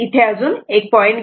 इथे अजून एक पॉईंट घ्या